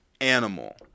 animal